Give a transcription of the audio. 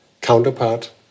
counterpart